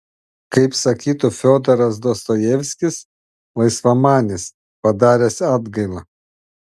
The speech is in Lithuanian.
kaip sakytų fiodoras dostojevskis laisvamanis padaręs atgailą